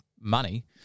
money